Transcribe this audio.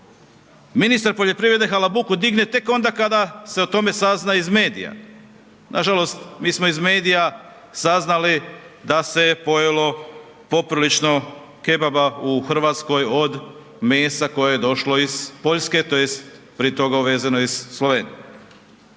Ministar poljoprivrede halabuku digne tek onda kada se o tome sazna iz medija, nažalost mi smo iz medija saznali da se je pojelo poprilično kebaba u Hrvatskoj od mesa koje je došlo iz Poljske tj. prije toga uvezeno iz Slovenije.